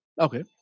okay